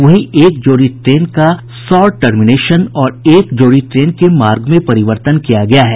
वहीं एक जोड़ी ट्रेन का शॉर्ट टर्मिनेशन और एक जोड़ी ट्रेन के मार्ग में परिवर्तन किया गया है